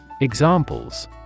Examples